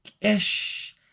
ish